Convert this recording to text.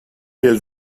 der